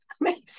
Amazing